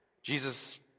Jesus